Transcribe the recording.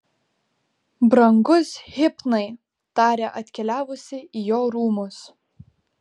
brangus hipnai tarė atkeliavusi į jo rūmus